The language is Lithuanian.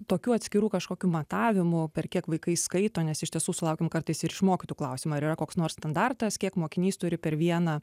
tokių atskirų kažkokių matavimų per kiek vaikai skaito nes iš tiesų sulaukiam kartais ir iš mokytojų klausimą ar yra koks nors standartas kiek mokinys turi per vieną